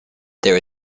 there